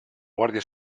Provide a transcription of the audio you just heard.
guàrdia